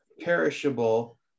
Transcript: perishable